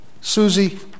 Susie